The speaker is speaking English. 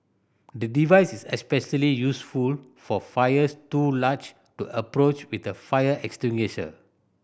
the device is especially useful for fires too large to approach with a fire extinguisher